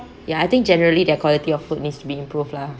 ya I think generally their quality of food needs to be improved lah